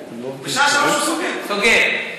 בשעה 15:00 הוא סוגר.